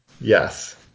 Yes